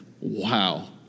wow